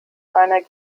einer